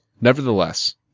Nevertheless